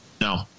No